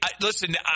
listen